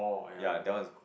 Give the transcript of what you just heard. ya that one is